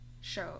show